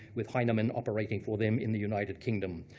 with heineman operating for them in the united kingdom.